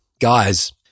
Guys